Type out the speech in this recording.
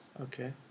Okay